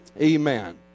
Amen